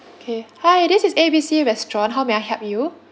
K hi this is A B C restaurant how may I help you